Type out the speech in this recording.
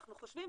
אנחנו חושבים,